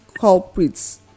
culprits